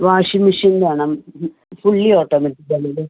washing machine വേണം fully automatic തന്നേര്